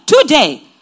today